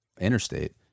interstate